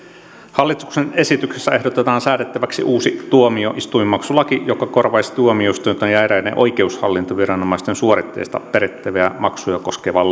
hallituksen esityksessä ehdotetaan säädettäväksi uusi tuomioistuinmaksulaki joka korvaisi tuomioistuinten ja eräiden oikeushallintoviranomaisten suoritteista perittäviä maksuja koskevan